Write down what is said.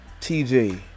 tj